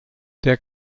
der